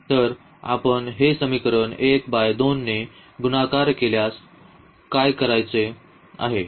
तर आपण हे समीकरण 1 बाय 2 ने गुणाकार केल्यास काय करायचे आहे